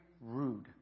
rude